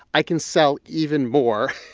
i can sell even more.